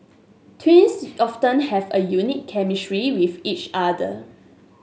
twins often have a unique chemistry with each other